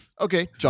Okay